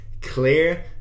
clear